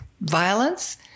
violence